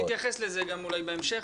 נתייחס לזה גם אולי בהמשך.